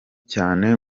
cyane